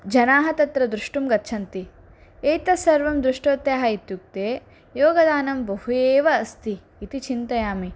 जनाः तत्र द्रष्टुं गच्छन्ति एतत् सर्वं दृष्टवत्याः इत्युक्ते योगदानं बहु एव अस्ति इति चिन्तयामि